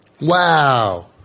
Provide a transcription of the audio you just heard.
Wow